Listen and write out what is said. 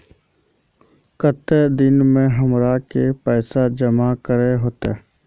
केते दिन में हमरा के पैसा जमा करे होते?